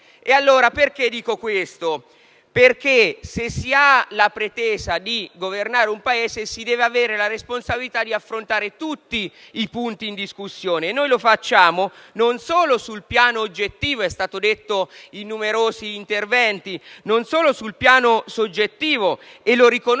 Perché dico questo? Perché, se si ha la pretesa di governare un Paese, si deve avere la responsabilità di affrontare tutti i punti in discussione. Noi lo facciamo non solo sul piano oggettivo - è stato detto in numerosi interventi - né solamente sul piano soggettivo, come riconosciuto